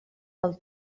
del